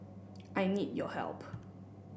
I need your help